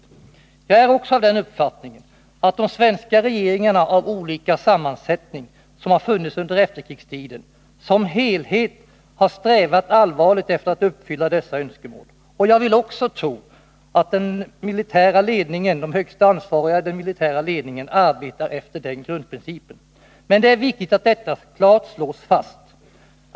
Jag är också av den uppfattningen att de svenska regeringar, av olika sammansättning, som har funnits under efterkrigstiden, som helheter har strävat allvarligt efter att uppfylla dessa önskemål. Jag vill också tro att de högst ansvariga i den militära ledningen arbetar efter den grundprincipen. Men det är viktigt att detta klart slås fast.